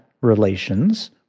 relations